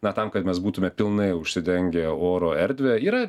na tam kad mes būtume pilnai užsidengę oro erdvę yra